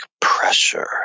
pressure